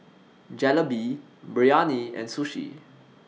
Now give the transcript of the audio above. Jalebi Biryani and Sushi